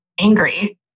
angry